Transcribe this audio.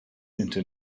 into